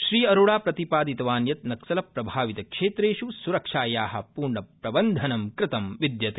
श्री अरोड़ा प्रतिपादितवान् यत् नक्सलप्रभावितक्षेत्रेष् सुरक्षाया पूर्णप्रबन्धनं कृतं विद्यते